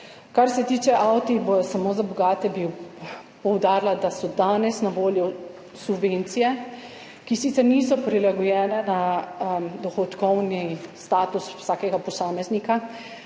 Kar se tiče »avti bodo samo za bogate«, bi poudarila, da so danes na voljo subvencije, ki sicer niso prilagojene na dohodkovni status vsakega posameznika,